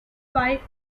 wife